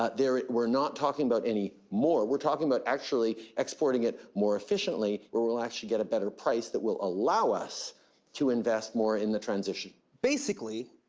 ah we're not talking about any more. we're talking about actually exporting it more efficiently, where we'll actually get a better price that will allow us to invest more in the transition. basically,